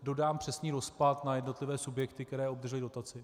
Dodám přesný rozpad na jednotlivé subjekty, které obdržely dotaci.